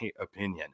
opinion